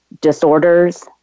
disorders